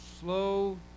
slow